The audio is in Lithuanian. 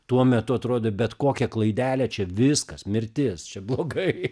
tuo metu atrodė bet kokia klaidelė čia viskas mirtis čia blogai